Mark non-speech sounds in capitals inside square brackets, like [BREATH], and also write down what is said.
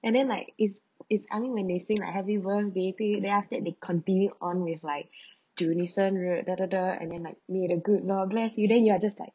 and then like is is I mean when they sing like happy birthday to you then after that they continue on with like [BREATH] zhu ni sheng ri de~ de~ de~ and then like may the good lord bless you then you are just like